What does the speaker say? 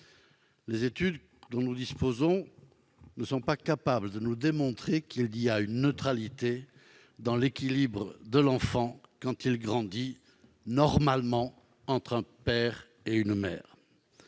Les études dont nous disposons ne sont pas en mesure de nous démontrer la neutralité dans l'équilibre de l'enfant quand il grandit normalement entre un père et une mère.